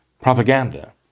propaganda